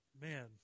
man